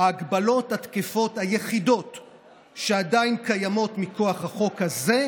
הגבלות שונות הוא נחקק כהוראת שעה,